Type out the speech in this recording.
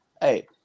Hey